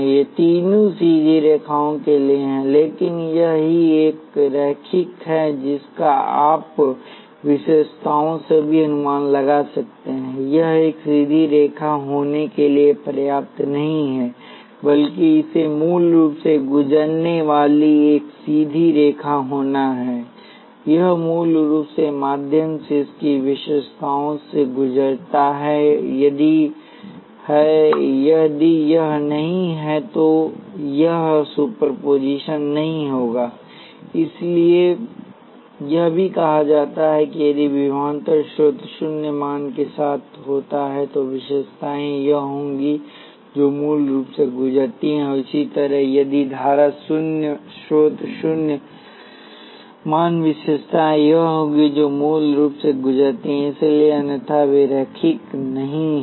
ये तीनों सीधी रेखाओं के लिए हैं लेकिन केवल यही एक रैखिक है जिसका आप विशेषताओं से भी अनुमान लगा सकते हैं यह एक सीधी रेखा होने के लिए पर्याप्त नहीं है बल्कि इसे मूल से गुजरने वाली एक सीधी रेखा होना है यह मूल के माध्यम से इसकी रैखिक विशेषताओं से गुजरता है यदि यह नहीं है तो यह सुपरपोजिशन नहीं होगा इसलिए यह भी कहा जाता है कि यदि विभवांतर स्रोत शून्य मान के साथ होता है तो विशेषताएँ यह होंगी जो मूल से गुजरती हैं और इसी तरह यदि धारा स्रोत शून्य मान विशेषताएँ यह होंगी जो मूल से गुजरती हैं इसलिए अन्यथा वे रैखिक नहीं हैं